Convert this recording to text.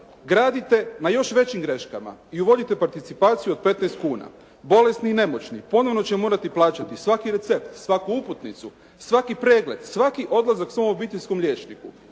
gradite na još većim greškama i uvodite participaciju od 15 kuna. Bolesni i nemoćni ponovno će morati plaćati svaki recept, svaku uputnicu, svaki pregled, svaki odlazak svom obiteljskom liječniku.